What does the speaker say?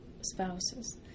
spouses